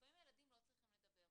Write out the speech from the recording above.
לפעמים הילדים לא צריכים לדבר.